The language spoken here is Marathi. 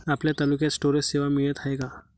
आपल्या तालुक्यात स्टोरेज सेवा मिळत हाये का?